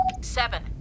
Seven